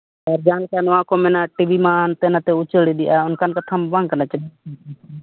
ᱟᱨ ᱡᱟᱦᱟᱸ ᱞᱮᱠᱟ ᱱᱚᱣᱟ ᱠᱚ ᱢᱮᱱᱟᱜᱼᱟ ᱴᱤᱵᱷᱤ ᱢᱟ ᱦᱟᱱᱛᱮ ᱱᱟᱛᱮ ᱩᱪᱟᱹᱲ ᱤᱫᱤᱜᱼᱟ ᱚᱱᱠᱟᱱ ᱠᱟᱛᱷᱟ ᱢᱟ ᱵᱟᱝ ᱠᱟᱱᱟ ᱪᱮ